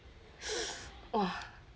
!wah!